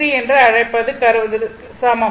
23 என்று கருதுவதற்கு சமம்